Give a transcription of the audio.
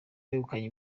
begukanye